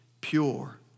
pure